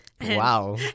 Wow